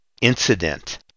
incident